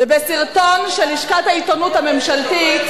ובסרטון של לשכת העיתונות הממשלתית,